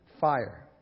fire